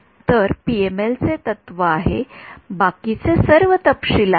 तर हे PML PML चे तत्त्व आहे बाकीचे सर्व तपशील आहेत